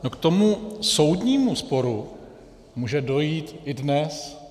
No k tomu soudnímu sporu může dojít i dnes.